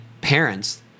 parents